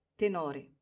tenore